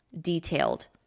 detailed